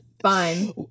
fine